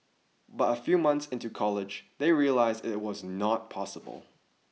but a few months into college they realised it was not possible